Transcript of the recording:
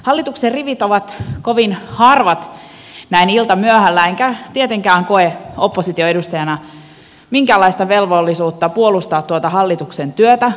hallituksen rivit ovat kovin harvat näin iltamyöhällä enkä tietenkään koe opposition edustajana minkäänlaista velvollisuutta puolustaa tuota hallituksen työtä